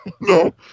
No